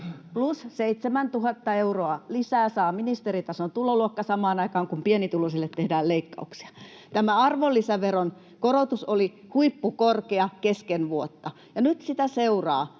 Plus 7 000 euroa lisää saa ministeritason tuloluokka samaan aikaan, kun pienituloisille tehdään leikkauksia. Tämä arvonlisäveron korotus oli huippukorkea kesken vuotta, ja nyt sitä seuraa